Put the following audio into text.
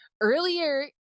Earlier